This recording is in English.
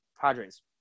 Padres